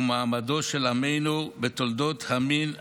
ומעמדו של עמנו בתולדות המין האנושי".